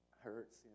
hurts